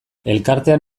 elkartean